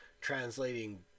translating